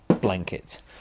blanket